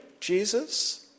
Jesus